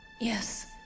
Yes